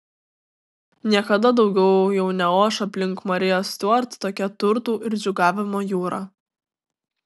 niekada daugiau jau neoš aplink mariją stiuart tokia turtų ir džiūgavimo jūra